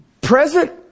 Present